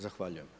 Zahvaljujem.